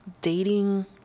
dating